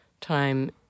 time